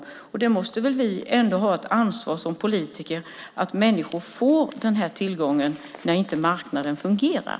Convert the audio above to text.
Som politiker måste vi väl ändå ha ett ansvar för att människor får tillgång till dessa tjänster när marknaden inte fungerar?